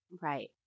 Right